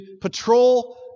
patrol